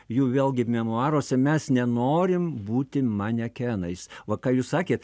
jų vėlgi memuaruose mes nenorim būti manekenais va ką jūs sakėt